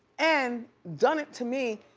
and done it, to me,